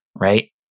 Right